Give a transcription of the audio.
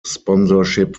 sponsorship